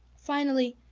finally,